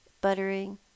buttering